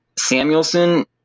Samuelson